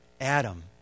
Adam